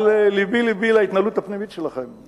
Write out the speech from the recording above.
אבל לבי לבי להתנהלות הפנימית שלכם,